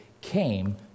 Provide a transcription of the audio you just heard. came